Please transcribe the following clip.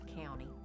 county